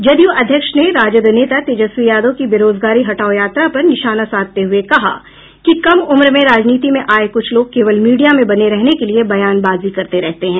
जदयू अध्यक्ष ने राजद नेता तेजस्वी यादव की बेरोजगारी हटाओ यात्रा पर निशाना साधते हुए कहा कि कम उम्र में राजनीति में आये कुछ लोग केवल मीडिया में बने रहने के लिये बयानबाजी करते रहते हैं